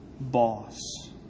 boss